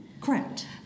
correct